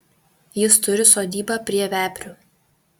jis turi sodybą prie veprių